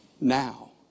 now